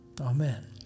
Amen